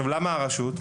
למה הרשות?